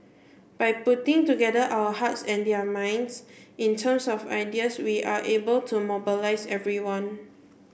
by putting together our hearts and their minds in terms of ideas we are able to mobilise everyone